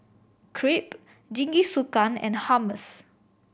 Crepe Jingisukan and Hummus